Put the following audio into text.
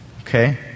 Okay